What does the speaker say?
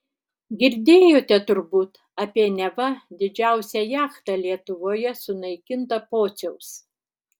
girdėjote turbūt apie neva didžiausią jachtą lietuvoje sunaikintą pociaus